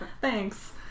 Thanks